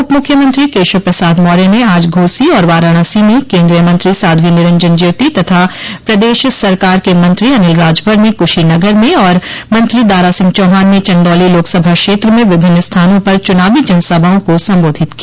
उप मुख्यमंत्री केशव प्रसाद मौर्य ने आज घोसी और वाराणसी में केन्दोय मंत्री साध्वी निरंजन ज्योति तथा प्रदेश सरकार के मंत्री अनिल राजभर ने कुशीनगर में और मंत्री दारा सिंह चौहान ने चंदौली लोकसभा क्षेत्र में विभिन्न स्थानों पर चुनावी जनसभाओं को संबोधित किया